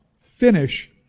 finish